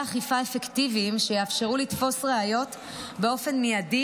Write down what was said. אכיפה אפקטיביים שיאפשרו לתפוס ראיות באופן מיידי,